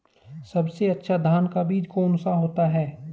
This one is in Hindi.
सबसे अच्छा धान का बीज कौन सा होता है?